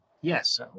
Yes